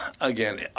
again